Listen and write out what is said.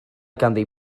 ganddi